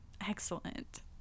Excellent